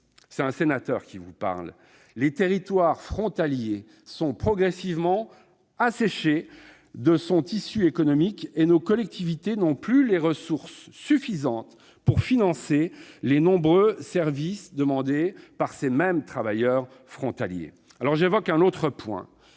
c'est un sénateur qui vous parle -, les territoires frontaliers sont progressivement asséchés de leur tissu économique et nos collectivités n'ont plus les ressources suffisantes pour financer les nombreux services demandés par les travailleurs frontaliers. J'aborde maintenant un autre point.